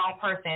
person